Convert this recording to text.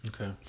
Okay